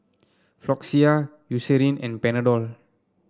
Floxia Eucerin and Panadol